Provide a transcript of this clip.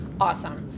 Awesome